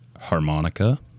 Harmonica